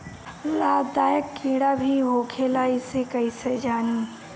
लाभदायक कीड़ा भी होखेला इसे कईसे जानी?